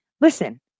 Listen